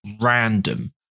random